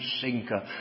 sinker